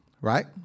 right